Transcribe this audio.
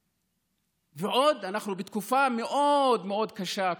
ועוד, אנחנו בתקופה מאוד מאוד קשה.